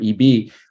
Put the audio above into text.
EB